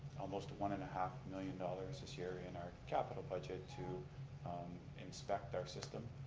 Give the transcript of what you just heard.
almost one and a half million dollars this year in our capital budget to inspect our system,